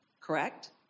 correct